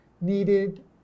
needed